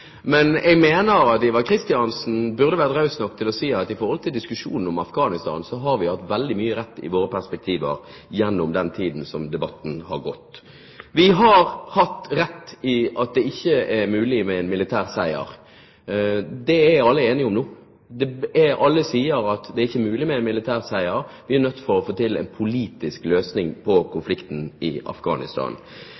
Men jeg mener at Ivar Kristiansen burde være raus nok til å si at i diskusjonen om Afghanistan har vi hatt veldig mye rett i våre perspektiver den tiden debatten har pågått. Vi har hatt rett i at det ikke er mulig med en militær seier. Det er alle enige om nå. Alle sier at det ikke er mulig med en militær seier. Vi er nødt til å få til en politisk løsning på